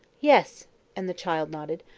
yes and the child nodded.